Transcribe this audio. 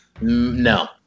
No